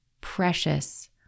precious